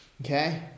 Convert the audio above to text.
Okay